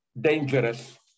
dangerous